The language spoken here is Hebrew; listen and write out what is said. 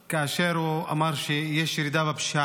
כאשר הוא אמר שיש ירידה בפשיעה.